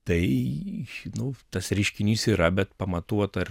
tai nu tas reiškinys yra bet pamatuot ar